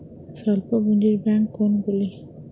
স্বল্প পুজিঁর ব্যাঙ্ক কোনগুলি?